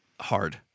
hard